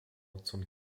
zum